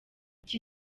iki